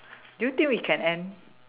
do you think we can end